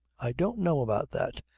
i don't know about that.